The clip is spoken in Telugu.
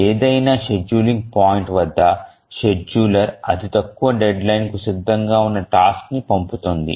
ఏదైనా షెడ్యూలింగ్ పాయింట్ వద్ద షెడ్యూలర్ అతి తక్కువ డెడ్లైన్ కు సిద్ధంగా ఉన్న టాస్క్ ని పంపుతుంది